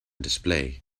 display